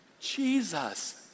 Jesus